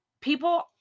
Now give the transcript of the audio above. People